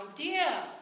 idea